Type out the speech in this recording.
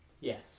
Yes